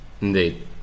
Indeed